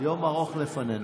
יום ארוך לפנינו.